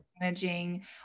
managing